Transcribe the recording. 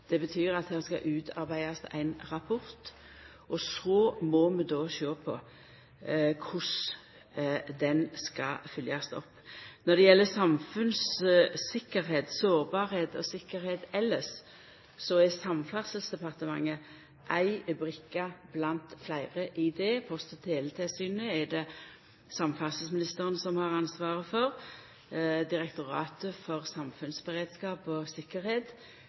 det reine kva som verkeleg skjedde. Det betyr at det skal utarbeidast ein rapport, og så må vi sjå på korleis han skal følgjast opp. Når det gjeld samfunnssårbarheit og -tryggleik elles, er Samferdselsdepartementet ei brikke blant fleire. Post- og teletilsynet er det samferdselsministeren som har ansvaret for. Direktoratet for samfunnssikkerhet og beredskap